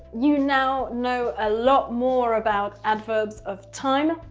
you now know a lot more about adverbs of time.